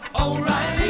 O'Reilly